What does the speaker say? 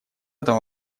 этом